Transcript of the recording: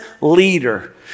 leader